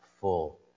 full